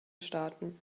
staaten